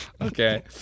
Okay